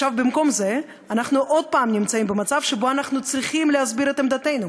במקום זה אנחנו נמצאים עוד פעם במצב שבו אנחנו צריכים להסביר את עמדתנו,